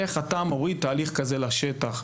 איך אתה מוריד תהליך כזה לשטח?